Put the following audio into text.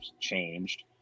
changed